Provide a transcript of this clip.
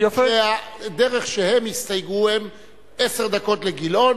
שהדרך שהם יסתייגו זה עשר דקות לגילאון,